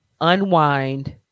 unwind